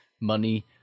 money